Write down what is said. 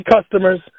customers